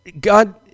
God